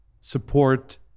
support